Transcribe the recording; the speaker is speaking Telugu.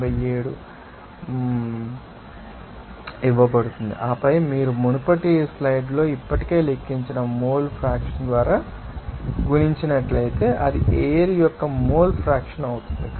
87 ఇవ్వబడుతుంది ఆపై మీరు మునుపటి స్లైడ్లలో ఇప్పటికే లెక్కించిన ఆ మోల్ ఫ్రాక్షన్ ద్వారా గుణించినట్లయితే అది ఎయిర్ యొక్క మోల్ ఫ్రాక్షన్ అవుతుంది